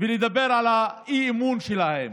ולדבר על האי-אמון שלהם,